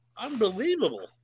Unbelievable